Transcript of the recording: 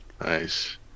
Nice